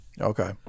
Okay